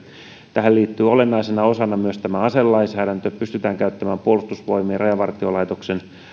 tähän liittyy olennaisena osana myös tämä aselainsäädäntö pystytään käyttämään puolustusvoimien rajavartiolaitoksen